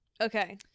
okay